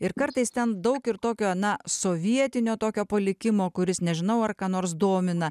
ir kartais ten daug ir tokio na sovietinio tokio palikimo kuris nežinau ar ką nors domina